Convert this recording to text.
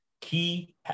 Key